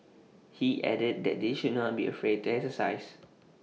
he added that they should not be afraid to exercise